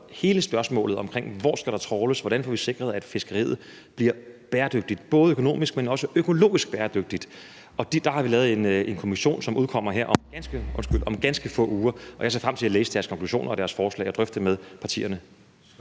hele spørgsmålet om, hvor der skal trawles, og hvordan vi får sikret, at fiskeriet bliver bæredygtigt, både økonomisk, men også økologisk, aftalt, at vi laver en kommission, som her om ganske få uger udkommer med noget, og jeg ser frem til at læse deres konklusioner og deres forslag og drøfte det med partierne.